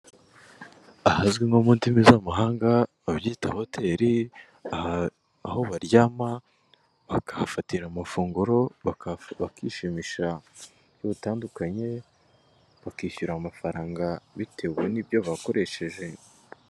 Ahazwi nko mu ndimi z'amahanga babyita hotel aha aho baryama, bakahafatira amafunguro, bakishimisha mu buryo butandukanye, bakwishyura amafaranga bitewe n'ibyo bakoresheje.